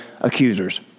accusers